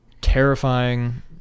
terrifying